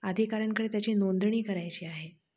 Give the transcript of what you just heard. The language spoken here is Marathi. अधिकाऱ्यांकडे त्याची नोंदणी करायची आहे